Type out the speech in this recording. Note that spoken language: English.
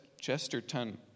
Chesterton